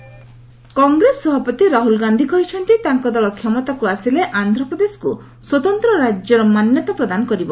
ରାହଲ୍ ବିଜୟଓ୍ୱାଡ଼ା କଂଗ୍ରେସ ସଭାପତି ରାହୁଲ୍ ଗାନ୍ଧି କହିଛନ୍ତି ତାଙ୍କ ଦଳ କ୍ଷମତାକୁ ଆସିଲେ ଆନ୍ଧ୍ରପ୍ରଦେଶକୁ ସ୍ୱତନ୍ତ ରାଜ୍ୟ ମାନ୍ୟତା ପ୍ରଦାନ କରାଯିବ